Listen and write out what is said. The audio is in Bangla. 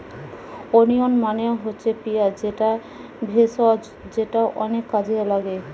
ওনিয়ন মানে হচ্ছে পিঁয়াজ যেটা ভেষজ যেটা অনেক কাজে লাগছে